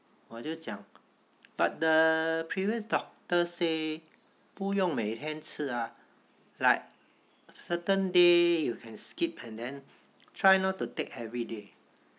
我就讲 but the previous doctor said 不用每天吃啊 like certain day you can skip and then try not to take every day